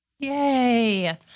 Yay